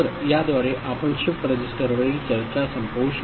तर याद्वारे आपण शिफ्ट रजिस्टरवरील चर्चा संपवू